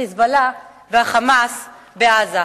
"חיזבאללה" וה"חמאס" בעזה.